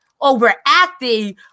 overacting